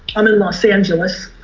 i'm in los angeles.